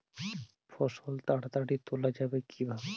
ফসল তাড়াতাড়ি তোলা যাবে কিভাবে?